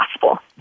possible